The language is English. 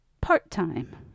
part-time